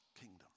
kingdom